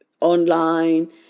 online